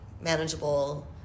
manageable